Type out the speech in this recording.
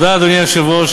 אדוני היושב-ראש,